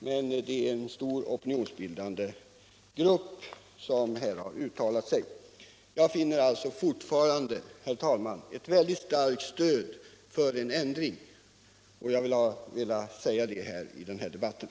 Det är emellertid en stor opinionsbildande grupp som här har uttalat sig. Herr talman! Jag finner alltså att det fortfarande finns ett mycket starkt stöd för en ändring, vilket jag har velat framhålla i den här debatten.